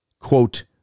quote